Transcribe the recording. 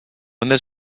when